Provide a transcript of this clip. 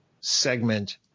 segment